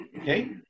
Okay